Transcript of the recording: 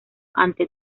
ante